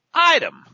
item